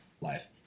life